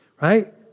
Right